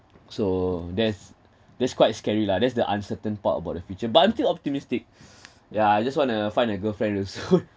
so that's that's quite scary lah that's the uncertain part about the future but I'm still optimistic yeah I just want to find a girlfriend also